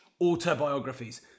autobiographies